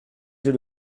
j’ai